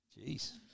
Jeez